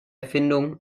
erfindung